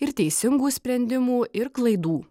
ir teisingų sprendimų ir klaidų